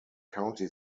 county